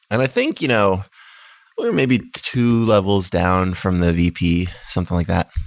i think, you know maybe two levels down from the vp, something like that.